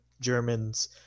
Germans